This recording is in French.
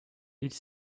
ils